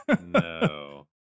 No